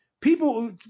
people